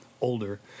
older